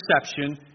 perception